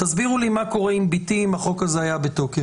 תסבירו לי מה קורה עם ביתי אם החוק הזה היה בתוקף.